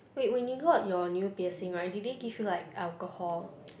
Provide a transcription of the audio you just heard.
wait when you got your new piercing right did they give you like alcohol